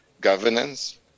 governance